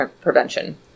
prevention